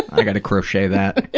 i got to crochet that.